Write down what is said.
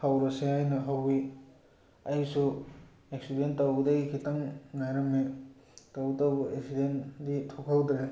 ꯍꯧꯔꯁꯦ ꯍꯥꯏꯅ ꯍꯧꯋꯤ ꯑꯩꯁꯨ ꯑꯦꯛꯁꯤꯗꯦꯟ ꯇꯧꯒꯗꯧꯒꯤ ꯈꯤꯇꯪ ꯉꯥꯏꯔꯝꯃꯤ ꯇꯧꯕꯇꯕꯨ ꯑꯦꯛꯁꯤꯗꯦꯟꯗꯤ ꯊꯣꯛꯍꯧꯗ꯭ꯔꯦ